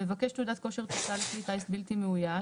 המבקש תעודת כושר טיסה לכלי טיס בלתי מאויש,